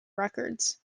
records